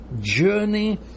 journey